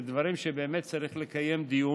אלה דברים שבאמת צריך לקיים בהם דיון.